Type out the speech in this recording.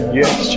yes